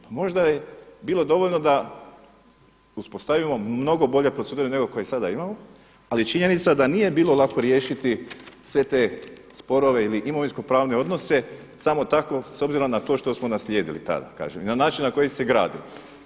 Pa možda je bilo dovoljno da uspostavimo mnogo bolje procedure nego koje sada imamo, ali je činjenica da nije bilo lako riješiti sve te sporove ili imovinskopravne odnose samo tako s obzirom na to što smo naslijedili tada kažem i na način na koji se gradi.